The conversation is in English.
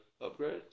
upgrade